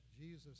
Jesus